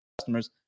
customers